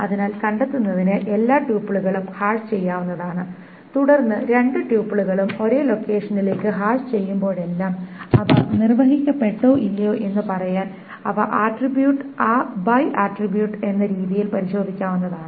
അതിനാൽ കണ്ടെത്തുന്നതിന് എല്ലാ ട്യൂപ്പിളുകളും ഹാഷ് ചെയ്യാവുന്നതാണ് തുടർന്ന് രണ്ട് ട്യൂപ്പിളുകളും ഒരേ ലൊക്കേഷനിലേക്ക് ഹാഷ് ചെയ്യുമ്പോഴെല്ലാം അവ നിർവഹിക്കപ്പെട്ടോ ഇല്ലയോ എന്ന് പറയാൻ അവ ആട്രിബ്യൂട്ട് ബൈ ആട്രിബ്യൂട്ട് എന്ന രീതിയിൽ പരിശോധിക്കാവുന്നതാണ്